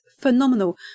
Phenomenal